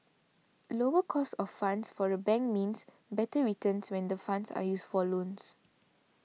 lower cost of funds for a bank means better returns when the funds are used for loans